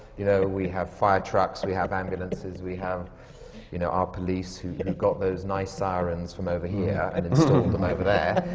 you know, we have fire trucks, we have ambulances, we have you know our police who got those nice sirens from over here and installed them over there.